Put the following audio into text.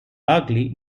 ugly